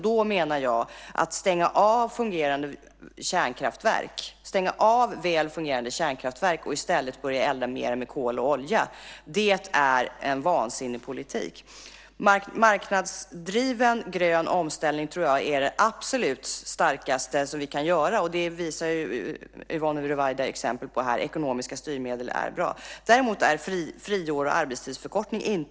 Då tycker jag att det är en vansinnig politik att stänga av väl fungerande kärnkraftverk och i stället börja elda mer med kol och olja. Jag tror att marknadsdriven grön omställning är det absolut starkaste som vi kan göra, och Yvonne Ruwaida visar exempel på här att ekonomiska styrmedel är bra. Däremot är friår och arbetstidsförkortning inte bra.